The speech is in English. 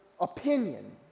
opinion